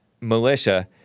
militia